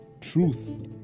truth